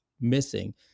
missing